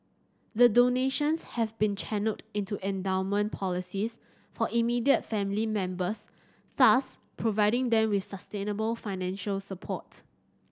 the donations have been channelled into endowment policies for immediate family members thus providing them with sustainable financial support